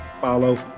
follow